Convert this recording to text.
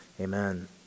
Amen